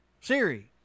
Siri